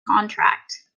contract